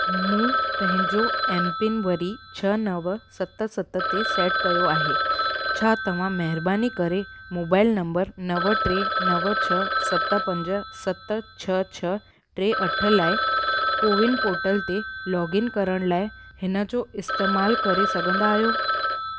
मूं पंहिंजो एमपिन वरी छह नव सत सत ते सेट कयो आहे छा तव्हां महिरबानी करे मोबाइल नंबर नव टे नव छह सत पंज सत छ्ह छ्ह टे अठ लाइ कोविन पोर्टल ते लोगइन करण लाइ हिन जो इस्तेमाल करे सघंदा आहियो